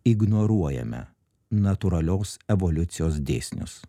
ignoruojame natūralios evoliucijos dėsnius